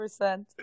100